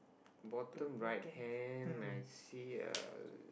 bottom right hand I see a